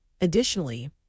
Additionally